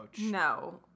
No